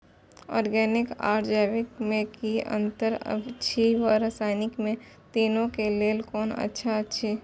Organic आर जैविक में कि अंतर अछि व रसायनिक में तीनो क लेल कोन अच्छा अछि?